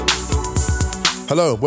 Hello